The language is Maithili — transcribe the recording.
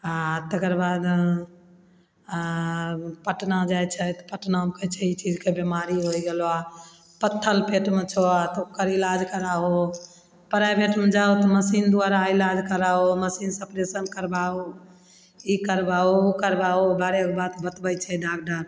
आओर तकर बाद आ पटना जाइ छै तऽ पटनामे कहय छै ई चीजके बीमारी होइ गेलऽ पत्थर पेटमे छौ ओकर इलाज कराहो प्राइवेटमे जाहो तऽ मशीन द्वारा इलाज कराहो मशीनसँ ऑपरेशन करबाहो ई करबाहो उ करबाहो हरेक बात बतबय छै डॉक्टर